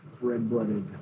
red-blooded